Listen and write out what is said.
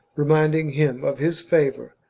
reminding him of his favour,